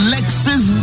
Lexus